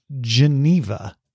Geneva